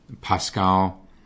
Pascal